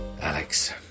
Alex